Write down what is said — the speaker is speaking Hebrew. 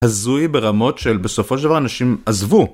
הזוי ברמות של בסופו של דבר אנשים עזבו.